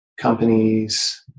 Companies